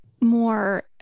more